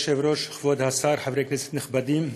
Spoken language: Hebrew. אדוני היושב-ראש, כבוד השר, חברי כנסת נכבדים,